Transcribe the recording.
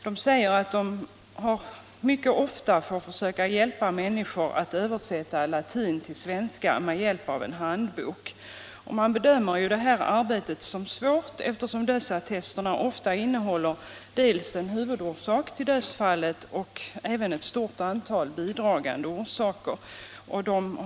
De säger att de mycket ofta får försöka hjälpa människor att översätta latin till svenska med hjälp av en handbok. Tolkningsarbetet bedöms som svårt, eftersom dödsattesterna ofta innehåller dels en huvudorsak till dödsfallet, dels också ett stort antal bidragande orsaker.